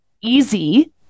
easy